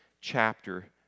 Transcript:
chapter